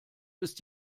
ist